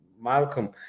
malcolm